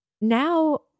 now